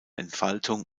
entfaltung